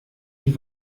die